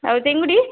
ଆଉ ଚିଙ୍ଗୁଡ଼ି